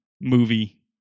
movie